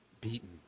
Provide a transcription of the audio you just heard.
beaten